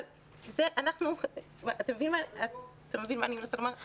אתה מבין מה אני מנסה לומר?